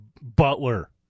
Butler